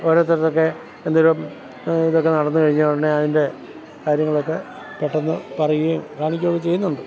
ഓരോരുത്തരുടെയൊക്കെ എന്തെങ്കിലും ഇതൊക്കെ നടന്നു കഴിഞ്ഞാലുടനെ അതിൻ്റെ കാര്യങ്ങളൊക്കെ പെട്ടെന്ന് പറയുകയും കാണിക്കുകയും ഒക്കെ ചെയ്യുന്നുണ്ട്